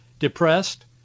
depressed